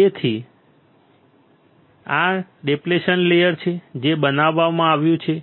તેથી આ depletion layer છે જે બનાવવામાં આવ્યું છે